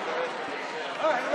איך?